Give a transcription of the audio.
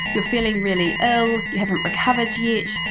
you're feeling really ill, you haven't recovered yet,